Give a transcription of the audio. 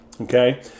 okay